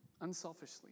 unselfishly